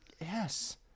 Yes